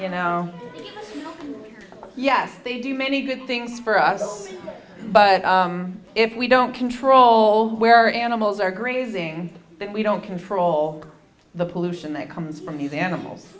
you know yes they do many good things for us but if we don't control where our animals are grazing then we don't control the pollution that comes from these animals